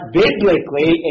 biblically